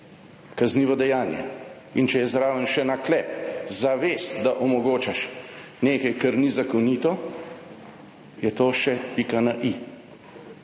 kaznivo dejanje. In če je zraven še naklep, zavest, da omogočaš nekaj, kar ni zakonito, je to še pika na i.